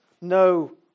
no